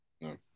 no